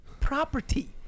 property